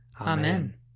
Amen